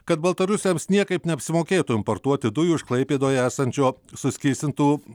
kad baltarusiams niekaip neapsimokėtų importuoti dujų iš klaipėdoje esančio suskystintų